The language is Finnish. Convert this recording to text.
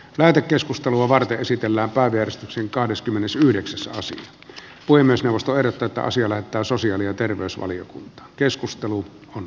lähetekeskustelua varten esitellä baker sin kahdeskymmenesyhdeksäs saisi ui myös nosto jätetään syömättä sosiaali ja terveysvaliokunta keskustelu on